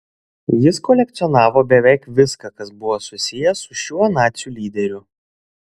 jis kolekcionavo beveik viską kas buvo susiję su šiuo nacių lyderiu